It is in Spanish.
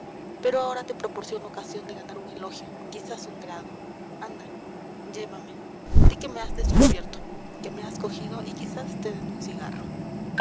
pero ahora te proporciono ocasión de ganar un elogio quizás un grado anda llévame di que me has descubierto que me has cogido y quizás te den un cigarro